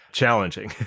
challenging